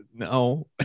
No